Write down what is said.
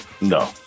No